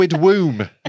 womb